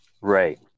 Right